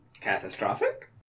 Catastrophic